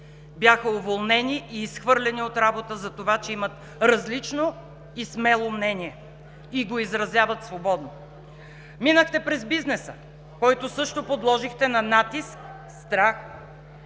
бяха уволнени и изхвърлени от работа за това, че имат различно и смело мнение и го изразяват свободно? Минахте през бизнеса, който също подложихте на натиск, страх.